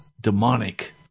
Demonic